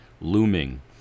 looming